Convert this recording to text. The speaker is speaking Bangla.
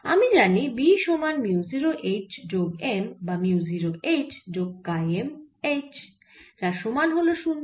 আমি জানি B সমান মিউ 0 H যোগ M বা মিউ 0 H যোগ কাই M H যার সমান হল 0